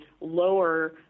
lower